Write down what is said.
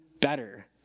better